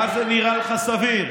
מה זה: נראה לך סביר?